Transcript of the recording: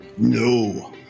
No